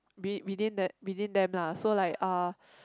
be within the within them lah so like uh